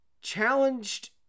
challenged